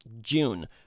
June